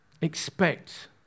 Expect